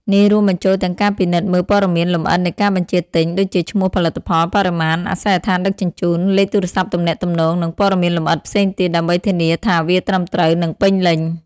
នេះរួមបញ្ចូលទាំងការពិនិត្យមើលព័ត៌មានលម្អិតនៃការបញ្ជាទិញ ដូចជាឈ្មោះផលិតផល បរិមាណ អាសយដ្ឋានដឹកជញ្ជូន លេខទូរសព្ទទំនាក់ទំនង និងព័ត៌មានលម្អិតផ្សេងទៀត ដើម្បីធានាថាវាត្រឹមត្រូវ និងពេញលេញ។